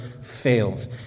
fails